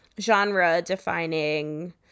genre-defining